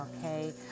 okay